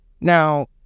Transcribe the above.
Now